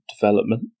development